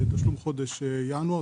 בתשלום חודש ינואר,